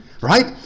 right